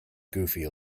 goofy